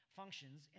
functions